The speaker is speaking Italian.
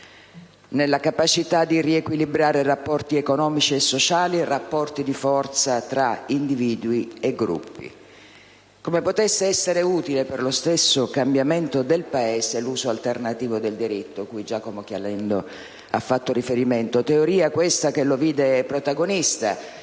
alla capacità di riequilibrare i rapporti economici e sociali e i rapporti di forza tra individui e gruppi, e per capire dunque come potesse essere utile per lo stesso cambiamento del Paese l'uso alternativo del diritto a cui Giacomo Caliendo ha fatto riferimento. Questa teoria lo vide protagonista